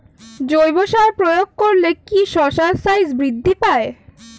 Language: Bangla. জৈব সার প্রয়োগ করলে কি শশার সাইজ বৃদ্ধি পায়?